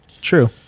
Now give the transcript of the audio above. True